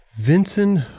Vincent